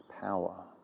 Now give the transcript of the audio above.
power